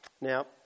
Now